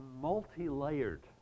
multi-layered